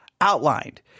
outlined